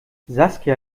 saskia